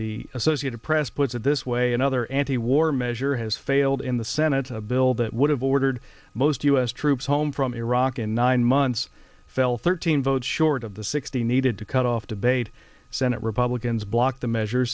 the associated press puts it this way another anti war measure has failed in the senate a bill that would have ordered most u s troops home from iraq in nine months fell thirteen votes short of the sixty needed to cut off debate senate republicans blocked the measure